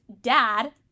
dad